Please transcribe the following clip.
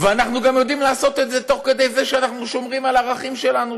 ואנחנו גם יודעים לעשות את זה תוך כדי זה שאנחנו שומרים על הערכים שלנו,